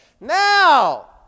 Now